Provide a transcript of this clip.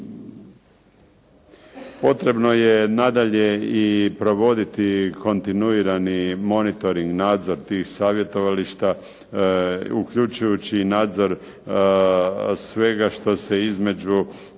Potrebno je nadalje i provoditi kontinuirani monitoring, nadzor tih savjetovališta uključujući nadzor svega što se između